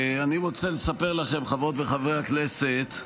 אני רוצה לספר לכם, חברות וחברי הכנסת,